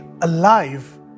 alive